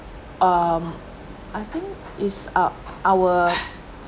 um I think it's ou~our